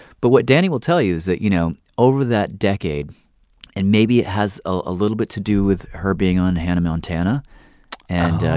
but what danny will tell you is that, you know, over that decade and maybe it has a little bit to do with her being on hannah montana and,